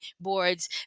boards